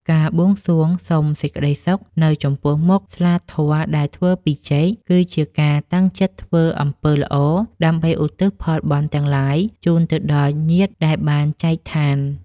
ការបួងសួងសុំសេចក្តីសុខនៅចំពោះមុខស្លាធម៌ដែលធ្វើពីចេក គឺជាការតាំងចិត្តធ្វើអំពើល្អដើម្បីឧទ្ទិសផលបុណ្យទាំងឡាយជូនទៅដល់ញាតិដែលបានចែកឋាន។